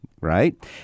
Right